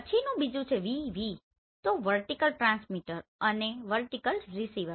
પછી નું બીજું છે VV તો વર્ટિકલ ટ્રાન્સમિટર અને વર્ટિકલ રીસીવર